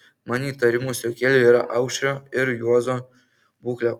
man įtarimų sukėlė ir aušrio ir juozo būklė